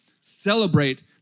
Celebrate